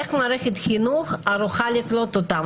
איך מערכת החינוך ערוכה לקלוט אותם.